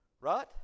Right